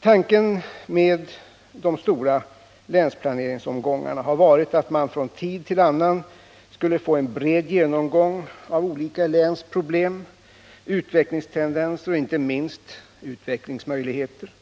Tanken med de stora länsplaneringsomgångarna har varit att man från tid till annan skulle få en bred genomgång av de olika länens problem, utvecklingstendenser och, inte minst, utvecklingsmöjligheter.